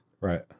Right